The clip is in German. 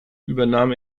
übernahm